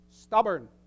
Stubborn